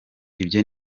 ibyo